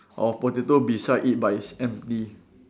of potato beside it but it's empty